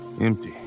empty